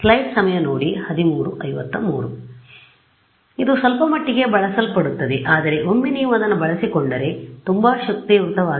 ಆದ್ದರಿಂದ ಇದು ಸ್ವಲ್ಪಮಟ್ಟಿಗೆ ಬಳಸಲ್ಪಡುತ್ತದೆ ಆದರೆ ಒಮ್ಮೆ ನೀವು ಅದನ್ನು ಬಳಸಿಕೊಂಡರೆ ಅದು ತುಂಬಾ ಶಕ್ತಿಯುತವಾಗಿರುತ್ತದೆ